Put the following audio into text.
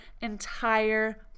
entire